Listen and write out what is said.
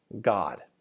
God